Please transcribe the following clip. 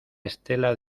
estela